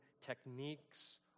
techniques